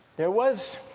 there was